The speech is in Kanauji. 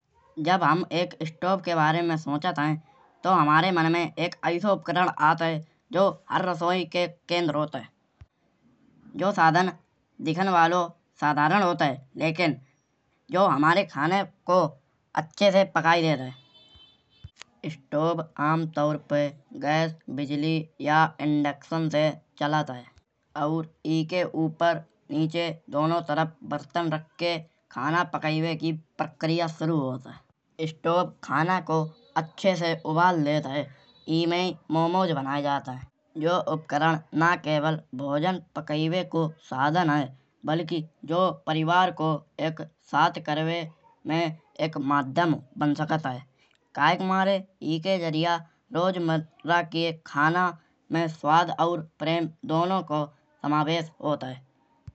जब हम एक स्टोपे के बारे में सोचत हैं। तौ हमारे मन में एक ऐसो उपकरण आत हैं। जो हर रसोई के केन्द्र होत हैं। जौ साधन दिखन वालो साधारण होत हैं। लेकिन जौ हमारे खाने को अच्छे से पकाय देत हैं। स्टोपे आम तऊर पे गैस बिजली या इंडक्शन से चलत हैं। और एके ऊपर नीचे दोनों तरफ बर्तन रख के खाना पकइबे की प्रक्रिया सुरु होत हैं। स्टोपे खाना को अच्छे से उबाल देत हैं। इमें ही मोमोस बनाय जात हैं। जो उपकरण ना केवल भोजन पकइबे को साधन हैं। बल्कि यो परिवार को एक साथ करिबे में एक माध्यम बन सकत हैं। काहे के मारे एके जरिया रोजमर्रा के खाना में स्वाद और प्रेम दोनों को समावेश होत हैं।